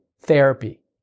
therapy